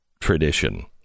tradition